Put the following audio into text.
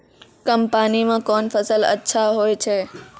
कम पानी म कोन फसल अच्छाहोय छै?